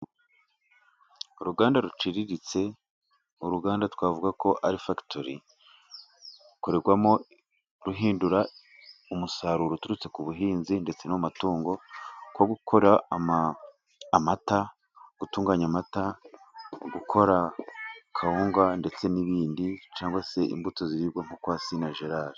Uruganda ruciriritse, uruganda twavuga ko ari fagitori, rukorerwamo ruhindura umusaruro uturutse ku buhinzi ndetse n'amatungo, nko gukora amata, gutunganya amata, gukora kawunga ndetse n'ibindi, cyangwa se imbuto ziribwa nko kwa Sina Gerard.